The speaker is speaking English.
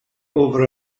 over